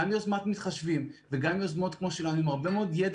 גם יוזמת "מתחשבים" וגם יוזמות כמו שלנו עם הרבה מאוד ידע